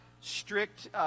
strict